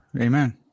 Amen